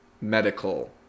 medical